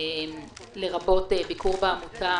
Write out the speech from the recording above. לרבות ביקור בעמותה,